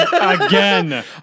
again